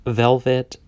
velvet